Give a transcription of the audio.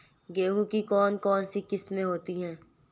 गेहूँ की कौन कौनसी किस्में होती है?